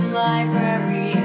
library